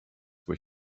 were